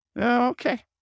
Okay